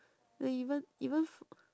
no even even f~